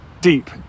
deep